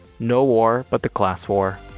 no war but the class war.